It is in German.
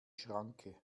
schranke